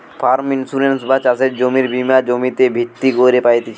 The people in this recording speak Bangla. ফার্ম ইন্সুরেন্স বা চাষের জমির বীমা জমিতে ভিত্তি কইরে পাইতেছি